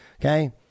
Okay